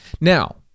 Now